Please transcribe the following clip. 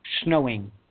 snowing